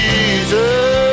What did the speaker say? Jesus